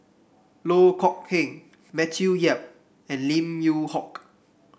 Loh Kok Heng Matthew Yap and Lim Yew Hock